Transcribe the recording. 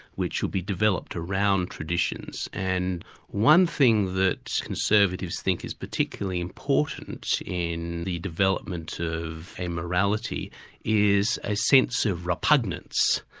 which will be developed around traditions. and one thing that conservatives think is particularly important in the development of a morality is a sense of repugnance.